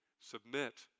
Submit